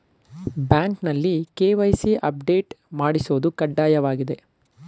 ಬ್ಯಾಂಕ್ನಲ್ಲಿ KYC update ಮಾಡಿಸೋದು ಕಡ್ಡಾಯವಾಗಿದೆ